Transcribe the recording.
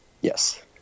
yes